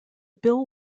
bill